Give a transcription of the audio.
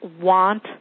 want